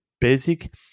basic